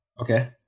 Okay